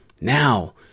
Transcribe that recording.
Now